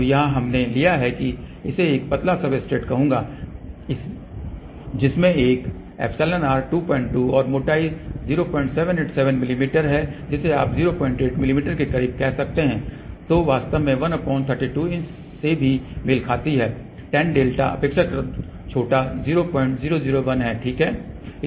तो यहाँ हमने लिया है मैं इसे एक महंगा सब्सट्रेट कहूंगा जिसमें एक εr 22 और मोटाई 0787 मिमी है जिसे आप 08 मिमी के करीब कह सकते हैं जो वास्तव में 132 इंच से से मेल खाती है tanδ अपेक्षाकृत छोटा 0001 है ठीक है